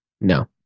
No